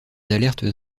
alertes